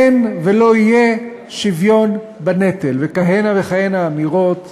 אין ולא יהיה שוויון בנטל, וכהנה וכהנה אמירות,